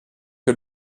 que